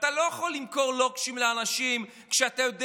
אתה לא יכול למכור לוקשים לאנשים כשאתה יודע